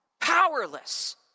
powerless